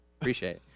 Appreciate